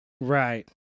Right